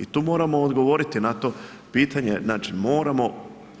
I tu moramo odgovoriti na to pitanje, znači moramo